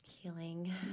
Healing